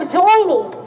joining